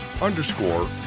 underscore